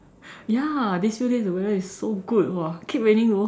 ya these few days the weather is so good !wah! keep raining though